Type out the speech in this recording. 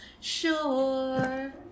sure